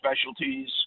specialties